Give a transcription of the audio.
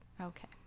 Okay